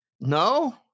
No